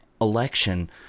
election